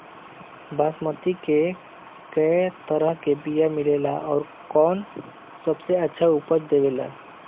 बासमती के कै तरह के बीया मिलेला आउर कौन सबसे अच्छा उपज देवेला?